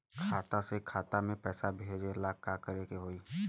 खाता से खाता मे पैसा भेजे ला का करे के होई?